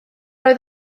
oedd